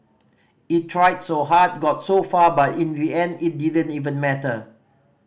it tried so hard got so far but in the end it didn't even matter